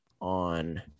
on